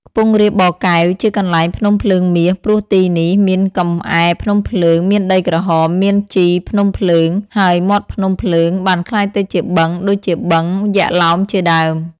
ខ្ពង់រាបបរកែវ ជាកន្លែងភ្នំភ្លើងមាស ព្រោះទីនេះ មានកំអែភ្នំភ្លើង មានដីក្រហម មានជីភ្នំភ្លើង ហើយមាត់ភ្នំភ្លើងបានក្លាយទៅជាបឹង ដូចជាបឹង យក្សឡោម ជាដើម ។